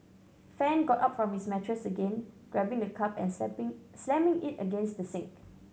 fan got up from his mattress again grabbing the cup and slamming it against the sink